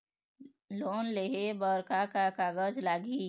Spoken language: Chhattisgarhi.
लोन लेहे बर का का कागज लगही?